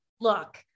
look